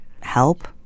help